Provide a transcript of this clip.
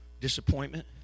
Disappointment